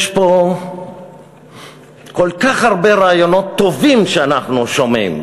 יש פה כל כך הרבה רעיונות טובים שאנחנו שומעים,